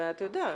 ואתה יודע,